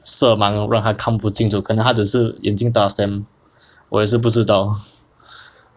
色盲让他看不清楚可能只是他的眼睛 dak stamp 我也是不知道